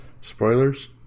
Spoilers